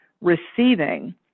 receiving